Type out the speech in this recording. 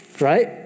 Right